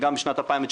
וגם בשנת 2019,